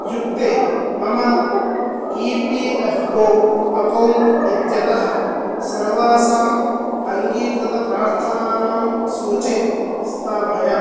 युक्ते मम E P F O account इत्यतः सर्वासाम् अङ्गीकृतप्रार्थनानां सूचिं स्थापय